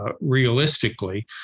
realistically